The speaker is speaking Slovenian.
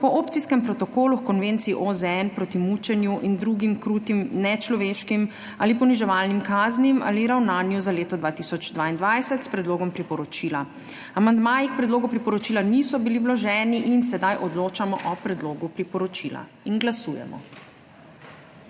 po Opcijskem protokolu h Konvenciji OZN proti mučenju in drugim krutim, nečloveškim ali poniževalnim kaznim ali ravnanju za leto 2022, s Predlogom priporočila. Amandmaji k predlogu priporočila niso bili vloženi. Sedaj odločamo o predlogu priporočila. Glasujemo.